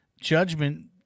Judgment